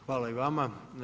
Hvala i vama.